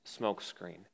smokescreen